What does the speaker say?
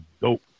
dope